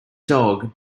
dog